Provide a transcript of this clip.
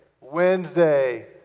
Wednesday